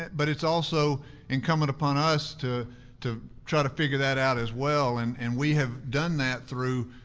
but it's also incumbent upon us to to try to figure that out as well. and and we have done that through,